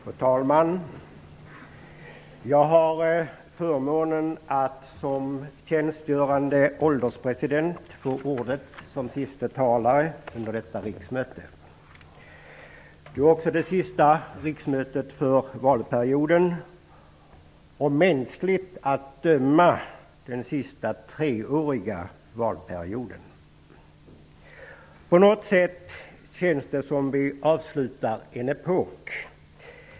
Fru talman! Jag har förmånen att som tjänstgörande ålderspresident få ordet som siste talare under detta riksmöte. Det är också det sista riksmötet för valperioden och mänskligt att döma den sista treåriga valperioden. På något sätt känns det som om vi avslutar en epok.